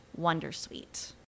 Wondersuite